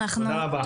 תודה רבה.